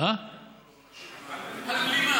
על בלימה.